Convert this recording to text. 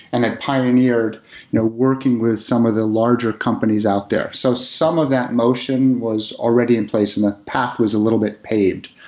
and it pioneered you know working with some of the larger companies out there. so some of that motion was already in place and the path was a little bit paved.